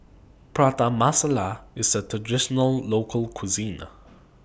Prata Masala IS A Traditional Local Cuisine